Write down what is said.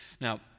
Now